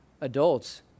adults